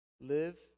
Live